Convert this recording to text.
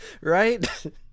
right